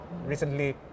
Recently